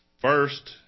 First